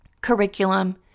curriculum